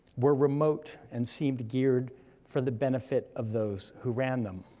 were remote and seemed geared for the benefit of those who ran them.